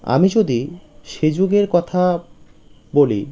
আমি যদি সে যুগের কথা বলি